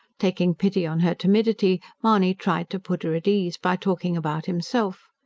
taking pity on her timidity, mahony tried to put her at ease by talking about himself.